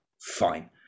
Fine